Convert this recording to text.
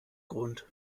grund